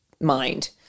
mind